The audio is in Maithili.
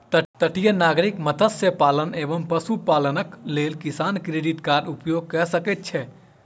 तटीय नागरिक मत्स्य पालन एवं पशुपालनक लेल किसान क्रेडिट कार्डक उपयोग कय सकै छै